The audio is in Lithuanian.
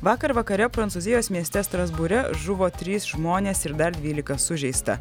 vakar vakare prancūzijos mieste strasbūre žuvo trys žmonės ir dar dvylika sužeista